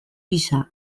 pisa